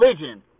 religion